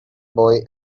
boy